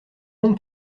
monde